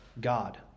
God